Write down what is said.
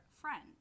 friend